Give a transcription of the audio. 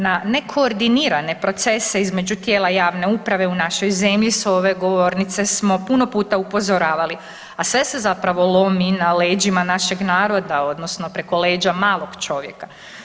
Na nekoordinirane procese između tijela javne uprave u našoj zemlji s ove govornice smo puno puta upozoravali, a sve se zapravo lomi na leđima našeg naroda odnosno preko leđa malog čovjeka.